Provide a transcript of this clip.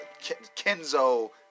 Kenzo